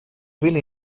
really